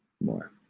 more